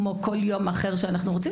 כמו כל יום אחר שאנחנו רוצים,